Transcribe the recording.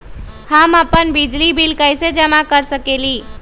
हम अपन बिजली बिल कैसे जमा कर सकेली?